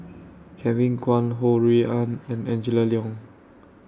Kevin Kwan Ho Rui An and Angela Liong